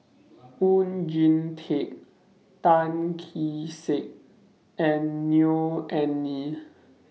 Oon Jin Teik Tan Kee Sek and Neo Anngee